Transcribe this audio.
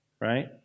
right